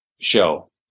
show